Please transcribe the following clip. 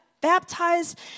baptized